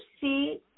see